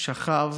הוא שכב